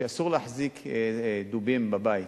שאסור להחזיק דובים בבית.